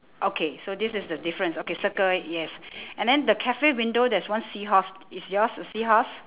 okay so this is the difference okay circle it yes and then the cafe window there's one seahorse is yours a seahorse